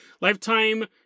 Lifetime